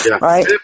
right